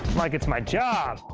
like it's my job!